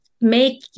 make